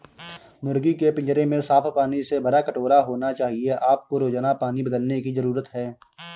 मुर्गी के पिंजरे में साफ पानी से भरा कटोरा होना चाहिए आपको रोजाना पानी बदलने की जरूरत है